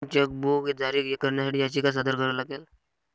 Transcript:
नवीन chequebook जारी करण्यासाठी याचिका सादर करावी लागेल